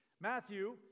Matthew